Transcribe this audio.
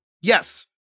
Yes